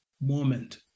moment